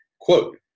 Quote